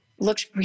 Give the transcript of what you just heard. looked